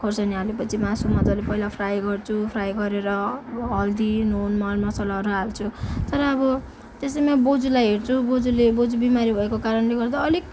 खर्सानी हालेपछि मासु मज्जाले पहिला फ्राई गर्छु फ्राई गरेर हल्दी नुन मर मसलाहरू हाल्छु तर अब त्यसैमा बोज्यूलाई हेर्छु बोज्यूले बोज्यू बिमारी भएको कारणले गर्दा अलिक